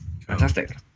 Fantastic